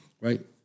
Right